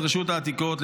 את רשות העתיקות,